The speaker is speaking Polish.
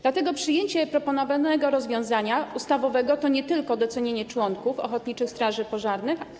Dlatego przyjęcie proponowanego rozwiązania ustawowego to nie tylko docenienie członków ochotniczych straży pożarnych.